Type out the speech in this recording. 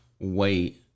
wait